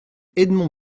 edmond